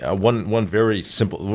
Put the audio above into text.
ah one one very simple,